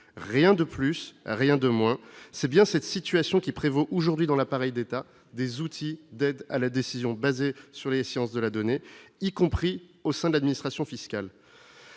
rien de plus, rien de moins, c'est bien cette situation qui prévaut aujourd'hui dans l'appareil d'État, des outils d'aide à la décision basé sur les sciences de la donner, y compris au sein de l'administration fiscale.